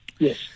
Yes